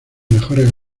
mejores